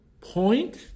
Point